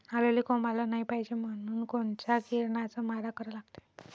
आलूले कोंब आलं नाई पायजे म्हनून कोनच्या किरनाचा मारा करा लागते?